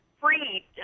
free